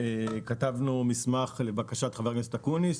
כתבנו מסמך לבקשת חבר הכנסת אקוניס,